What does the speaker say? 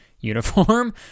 uniform